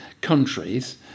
countries